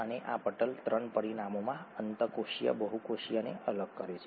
અને આ પટલ ત્રણ પરિમાણોમાં અંતઃકોશીય બાહ્યકોષીયને અલગ કરે છે